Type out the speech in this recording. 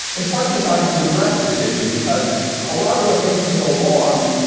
in part design to address this issue, because a lot of where things can go wrong,